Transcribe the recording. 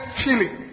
feeling